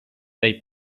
they